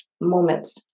moments